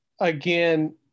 again